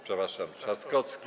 Przepraszam, Trzaskowski.